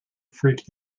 freak